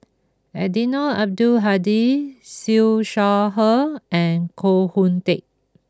Eddino Abdul Hadi Siew Shaw Her and Koh Hoon Teck